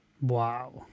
Wow